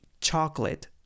chocolate